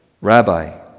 Rabbi